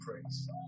praise